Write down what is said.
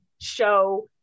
show